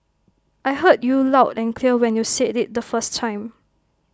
I heard you loud and clear when you said IT the first time